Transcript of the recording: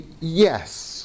yes